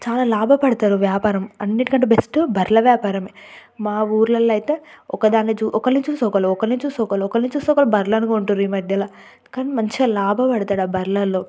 చాలా లాభపడతారు వ్యాపారం అన్నిటి కంటే బెస్టు బర్రెల వ్యాపారమే మా ఊర్లల్లో అయితే ఒక దాని చూ ఒకళ్ళని చూసి ఒకళ్ళు ఒకళ్ళని చూసి ఒకళ్ళు ఒకళ్ళని చూసి ఒకళ్ళు బర్లను కొంటుర్రు ఈ మధ్యన కానీ మంచిగ లాభపడతాడు ఆ బర్రెలలో